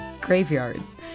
graveyards